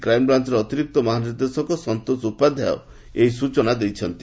କ୍ରାଇମବ୍ରାଞ୍ଚର ଅତିରିକ୍ତ ମହାନିର୍ଦ୍ଦେଶକ ସନ୍ତୋଷ ଉପାଧାୟ ଏହି ସ୍ଚନା ଦେଇଛନ୍ତି